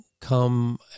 come